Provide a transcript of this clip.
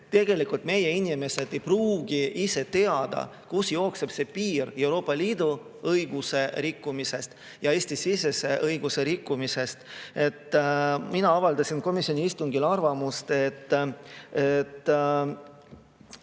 Tegelikult meie inimesed ei pruugi teada, kust jookseb piir Euroopa Liidu õiguse rikkumise ja Eesti-sisese õiguse rikkumise [vahel]. Ma avaldasin komisjoni istungil arvamust, et